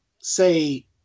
say